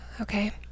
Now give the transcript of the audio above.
Okay